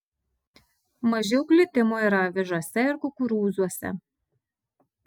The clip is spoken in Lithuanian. mažiau glitimo yra avižose ir kukurūzuose